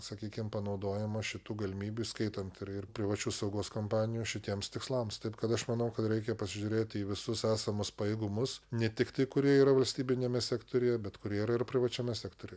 sakykim panaudojama šitų galimybių įskaitant ir privačių saugos kompanijų šitiems tikslams taip kad aš manau kad reikia pasižiūrėti į visus esamus pajėgumus ne tiktai kurie yra valstybiniame sektoriuje bet kurie yra ir privačiame sektoriuje